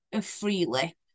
freely